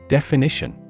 Definition